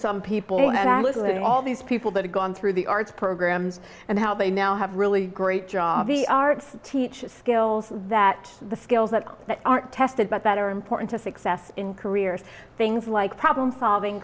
some people and i listen to all these people that have gone through the arts programs and how they now have a really great job the arts teach skills that the skills that aren't tested but that are important to success in careers things like problem solving